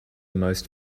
most